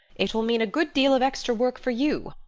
it will mean a good deal of extra work for you.